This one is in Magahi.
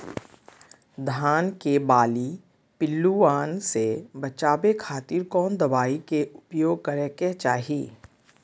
धान के बाली पिल्लूआन से बचावे खातिर कौन दवाई के उपयोग करे के चाही?